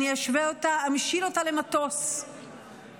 אני אשווה אותה, אמשיל אותה למטוס שטס.